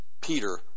Peter